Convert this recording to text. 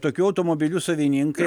tokių automobilių savininkai